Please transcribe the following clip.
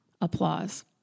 Applause